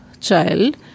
child